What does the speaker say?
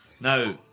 No